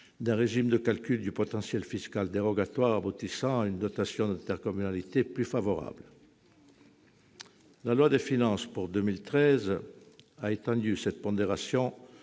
d'un régime de calcul du potentiel fiscal dérogatoire aboutissant à une dotation d'intercommunalité plus favorable. La loi de finances pour 2013 a étendu cette pondération